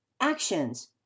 actions